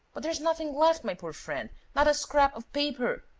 but there's nothing left, my poor friend, not a scrap of paper!